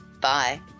Bye